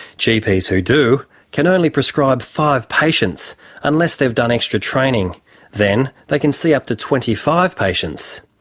gps who do can only prescribe five patients unless they've done extra training then, they can see up to twenty five patients.